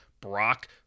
Brock